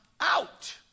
out